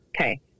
Okay